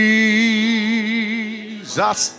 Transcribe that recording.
Jesus